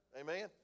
Amen